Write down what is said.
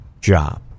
job